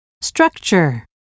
structure